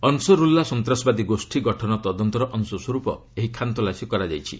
ଅନସ୍ରୁଲ୍ଲା ସନ୍ତାସବାଦୀ ଗୋଷ୍ଠୀ ଗଠନ ତଦନ୍ତର ଅଂଶସ୍ୱରୂପ ଏହି ଖାନ୍ ତଲାସୀ କରାଯାଇଛି